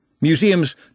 Museums